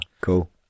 Cool